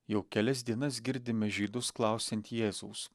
jau kelias dienas girdime žydus klausiant jėzaus